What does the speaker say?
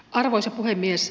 arvoisa puhemies